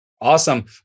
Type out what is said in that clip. Awesome